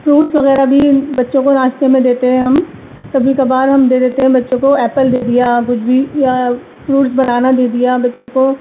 fruits وغیرہ بھی بچوں کو ناشتے میں دیتے ہیں ہم کبھی کبھار ہم دے دیتے ہیں بچوں کو ایپل دے دیا کچھ بھی یا فروٹس بنانا دے دیا بچوں کو